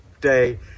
day